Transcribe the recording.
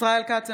ישראל כץ,